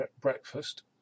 breakfast